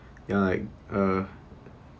ya like uh